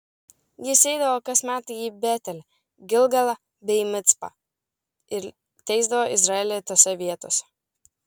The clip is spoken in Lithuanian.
jis eidavo kas metai į betelį gilgalą bei micpą ir teisdavo izraelį tose vietose